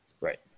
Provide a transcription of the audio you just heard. Right